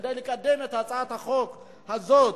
שכדי לקדם את הצעת החוק הזאת,